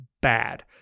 bad